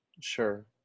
Sure